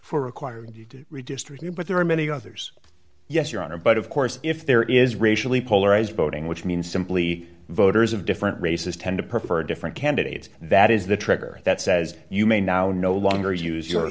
for requiring you to redistribute but there are many others yes your honor but of course if there is racially polarized voting which means simply voters of different races tend to prefer different candidates that is the trigger that says you may now no longer use your